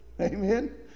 amen